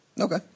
Okay